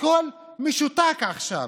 הכול משותק עכשיו.